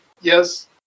yes